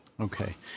Okay